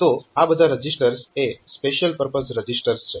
તો આ બધા રજીસ્ટર્સ એ સ્પેશિયલ પરપઝ રજીસ્ટર્સ છે